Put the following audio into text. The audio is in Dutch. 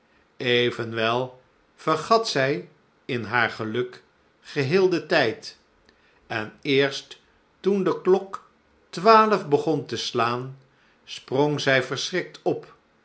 evenwel vergat zij in haar geluk geheel den tijd en eerst toen de klok twaalf begon te slaan sprong zij verschrikt op